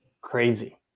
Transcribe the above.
crazy